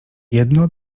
jedno